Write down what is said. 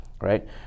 right